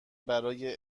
برای